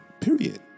period